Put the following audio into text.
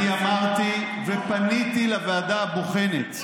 אני אמרתי ופניתי לוועדה הבוחנת.